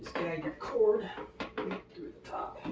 your cord through the top.